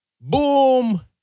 boom